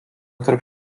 tarp